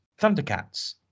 Thundercats